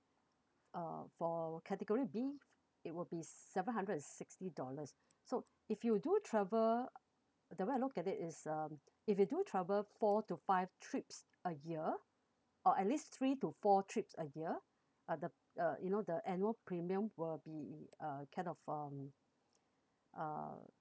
uh for category B it will be seven hundred and sixty dollars so if you do travel the way I look at it is um if you do travel four to five trips a year or at least three to four trips a year uh the uh you know the annual premium will be uh kind of um uh